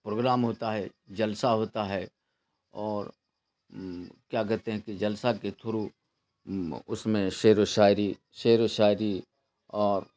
programme ہوتا ہے جلسہ ہوتا ہے اور کیا کہتے ہیں کہ جلسہ کے تھرو اس میں شعر و شاعری شعر و شاعری اور